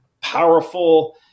powerful